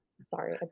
Sorry